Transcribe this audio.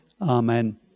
Amen